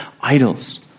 idols